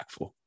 impactful